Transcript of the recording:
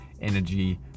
energy